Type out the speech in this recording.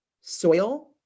soil